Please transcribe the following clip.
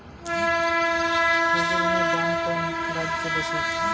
কুঁদরীর দাম কোন রাজ্যে বেশি?